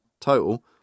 total